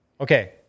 Okay